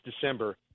December